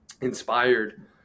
inspired